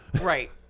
Right